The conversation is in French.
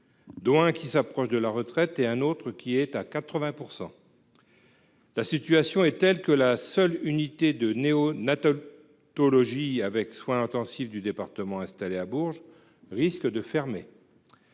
Dont un qui s'approche de la retraite et un autre qui est à 80%. La situation est telle que la seule unité de néonatologie. Théologie avec soin intensif du département installé à Bourges risque de fermer.